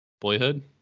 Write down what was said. Boyhood